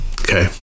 okay